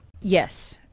yes